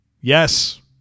Yes